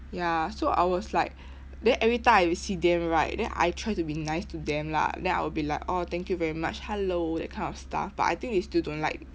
ya so I was like then every time I see them right then I try to be nice to them lah then I will be like oh thank you very much hello that kind of stuff but I think they still don't like